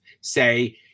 Say